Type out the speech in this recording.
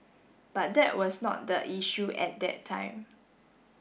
but that was not the issue at that time